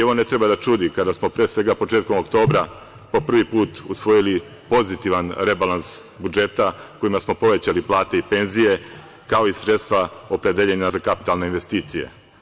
Ovo ne treba da čudi, kada smo, pre svega, početkom oktobra po prvi put usvojili pozitivan rebalans budžeta, kojim smo povećali plate i penzije, kao i sredstva opredeljena za kapitalne investicije.